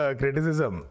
criticism